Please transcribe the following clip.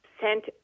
sent